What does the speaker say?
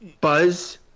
buzz